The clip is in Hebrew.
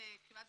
במשך